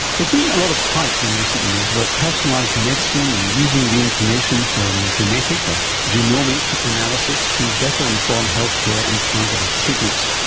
there's been a lot of hype in recent years about personalised medicine and using the information from genetic, or genomic, analysis to better inform healthcare and targeted treatments.